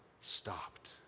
stopped